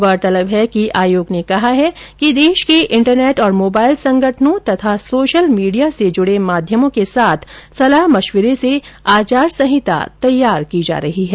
गौरतलब है कि आयोग ने कहा है कि देश के इंटरनेट और मोबाईल संगठनों तथा सोशल मीडिया से जुड़े माध्यमों के साथ सलाह मशविरे से आचार संहिता तैयार की जा रही है